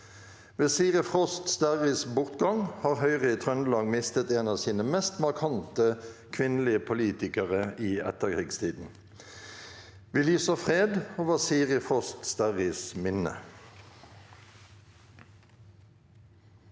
Ved Siri Frost Sterris bortgang har Høyre i Trøndelag mistet en av sine mest markante kvinnelige politikere i etterkrigstiden. Vi lyser fred over Siri Frost Sterris minne.